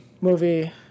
movie